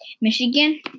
Michigan